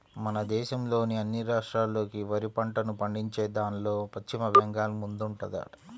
మన దేశంలోని అన్ని రాష్ట్రాల్లోకి వరి పంటను పండించేదాన్లో పశ్చిమ బెంగాల్ ముందుందంట